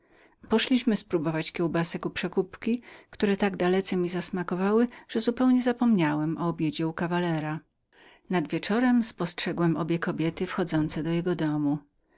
poszliśmy spróbować kiełbasek u przekupki które tak dalece mi zasmakowały że zupełnie zapomniałem o obiedzie u kawalera nad wieczorem spostrzegłem obie kobiety wchodzące do jego domu